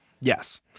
Yes